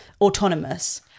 autonomous